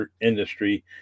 industry